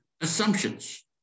assumptions